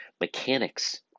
mechanics